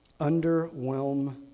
underwhelm